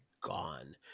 gone